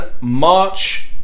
March